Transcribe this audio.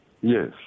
Yes